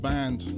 Band